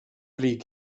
flin